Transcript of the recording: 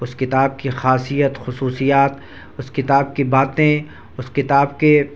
اس کتاب کی خاصیت خصوصیات اس کتاب کی باتیں اس کتاب کے